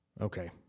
Okay